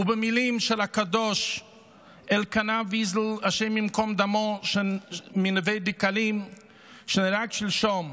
ובמילים של הקדוש אלקנה ויזל מנווה דקלים שנהרג שלשום,